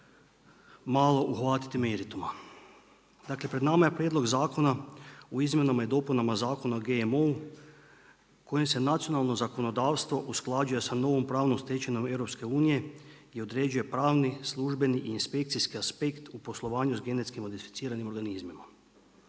malo uhvatiti merituma. Dakle pred nama je Prijedlog zakona u izmjenama i dopunama Zakona o GMO-u kojim se nacionalno zakonodavstvo usklađuje sa novom pravnom stečevinom EU i određuje pravni, službeni i inspekcijski aspekt u poslovanju sa GMO-om. O GMO-u raspravljalo